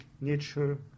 nature